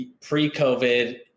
pre-COVID